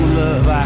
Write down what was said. love